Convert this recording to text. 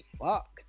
Fuck